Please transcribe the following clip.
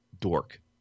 dork